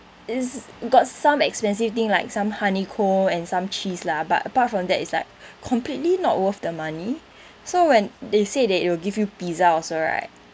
it's got some expensive thing like some honey comb and some cheese lah but apart from that it's like completely not worth the money so when they say that it will give you pizza also right